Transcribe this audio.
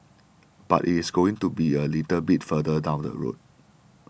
but it's going to be a little bit further down the road